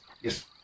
Yes